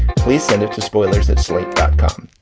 please send it to spoilers at slate dot com.